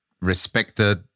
respected